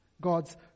God's